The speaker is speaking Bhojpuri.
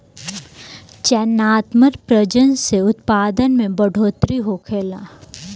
चयनात्मक प्रजनन से उत्पादन में बढ़ोतरी होखेला